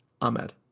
Ahmed